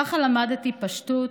ככה למדתי פשטות,